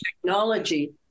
technology